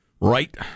Right